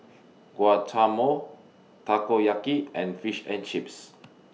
Guacamole Takoyaki and Fish and Chips